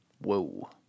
Whoa